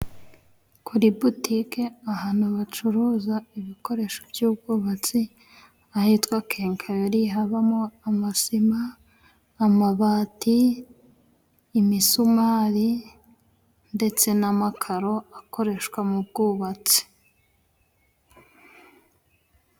Kuri butike ahantu bacuruza ibikoresho by'ubwubatsi ahitwa kenkayori. Habamo amasima, amabati, imisumari, ndetse n'amakaro akoreshwa mu bwubatsi.